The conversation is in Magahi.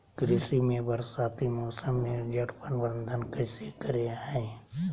कृषि में बरसाती मौसम में जल प्रबंधन कैसे करे हैय?